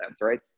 right